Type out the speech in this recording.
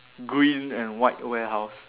green and white warehouse